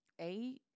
eight